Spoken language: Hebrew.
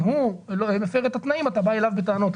הוא מפר את התנאים אתה בא אליו בטענות.